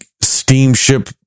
steamship